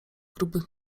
grubych